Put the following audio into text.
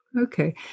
Okay